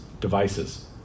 devices